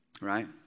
Right